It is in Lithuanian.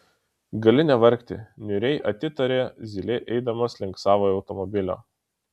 gali nevargti niūriai atitarė zylė eidamas link savojo automobilio